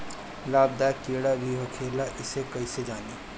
लाभदायक कीड़ा भी होखेला इसे कईसे जानी?